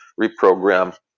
reprogram